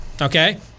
okay